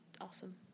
awesome